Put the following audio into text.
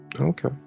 Okay